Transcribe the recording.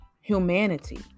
humanity